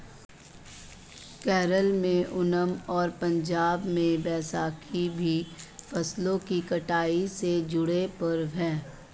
केरल में ओनम और पंजाब में बैसाखी भी फसलों की कटाई से जुड़े पर्व हैं